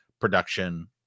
production